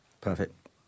Perfect